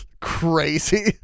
crazy